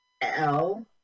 L-